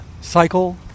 cycle